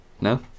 No